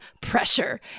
pressure